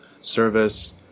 service